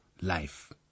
life